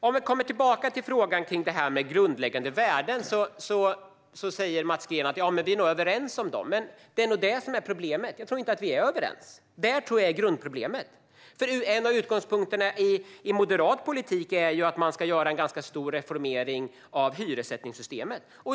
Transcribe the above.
När det gäller frågan om grundläggande värden säger Mats Green att vi nog är överens om dem. Men jag tror inte att vi är överens, och det är nog det som är grundproblemet. En av utgångspunkterna i moderat politik är ju att man ska göra en ganska stor reformering av hyressättningssystemet.